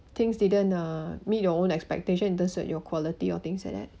things didn't uh meet your own expectations in terms like your quality or things like that